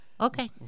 okay